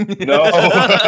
No